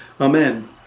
Amen